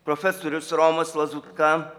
profesorius romas lazutka